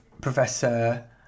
Professor